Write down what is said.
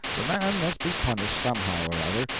the man must be punished somehow or other,